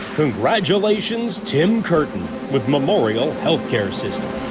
congratulations tim curtin with memorial healthcare system